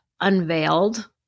unveiled